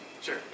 Sure